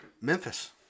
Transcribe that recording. Memphis